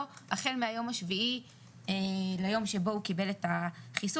החל מהיום השביעי ליום שבו הוא קיבל את החיסון.